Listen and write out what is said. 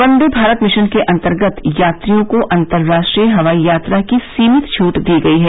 वंदे Bharat mission के अंतर्गत यात्रियों को अंतर्राष्ट्रीय हवाई यात्रा की सीमित छूट दी गई है